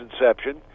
inception